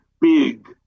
big